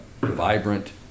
vibrant